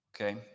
Okay